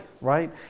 right